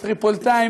הטריפוליטאים,